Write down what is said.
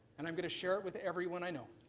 and i'm going to share it with everyone i know,